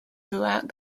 throughout